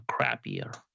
crappier